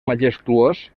majestuós